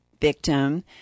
victim